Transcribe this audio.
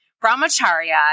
Brahmacharya